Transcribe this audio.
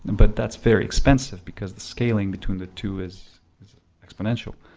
but that's very expensive because the scaling between the two is exponential.